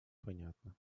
понятна